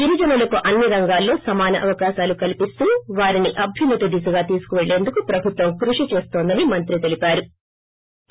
గిరిజనులకు అన్ని రంగాల్లో సమాన అవకాశాలు కల్సిస్తూ వారిని అభ్యున్నతి దిశగా తీసుకెళ్లేందుకు ప్రభుత్వం కృషి చేస్తోందని మంత్రి తెలిపారు